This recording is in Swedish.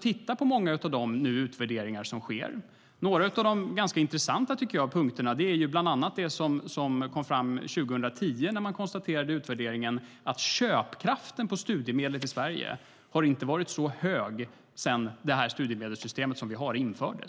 Titta på många av de utvärderingar som sker! En av de ganska intressanta punkterna var det som kom fram 2010 när man konstaterade i utvärderingen att studiemedlets köpkraft i Sverige inte har varit så hög sedan det studiemedelssystem som vi har infördes.